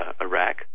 Iraq